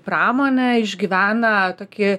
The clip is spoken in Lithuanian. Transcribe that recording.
pramonė išgyvena tokį